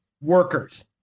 workers